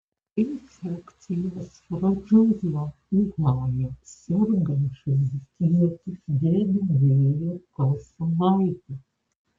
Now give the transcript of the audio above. infekcijos pradžioje uhane sergančiųjų kiekis dvigubėjo kas savaitę